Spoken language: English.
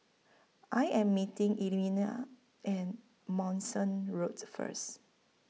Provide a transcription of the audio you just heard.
I Am meeting Elmina and Manston Road First